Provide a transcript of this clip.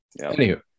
Anywho